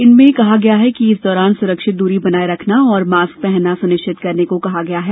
इनमें कहा गया है कि इस दौरान सुरक्षित दूरी बनाए रखना और मास्क पहनना सुनिश्चित करने को कहा गया है